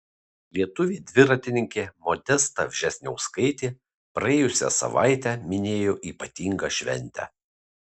lietuvė dviratininkė modesta vžesniauskaitė praėjusią savaitę minėjo ypatingą šventę